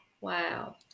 Wow